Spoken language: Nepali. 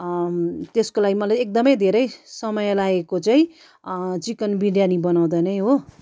त्यसको लागि मलाई एकदम धेरै समय लागेको चाहिँ चिकन बिर्यानी बनाउँदा नै हो